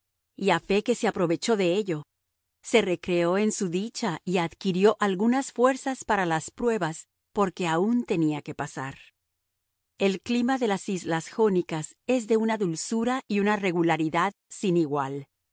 a fe que se aprovechó de ello se recreó en su dicha y adquirió algunas fuerzas para las pruebas por que aun tenía que pasar el clima de las islas jónicas es de una dulzura y una regularidad sin igual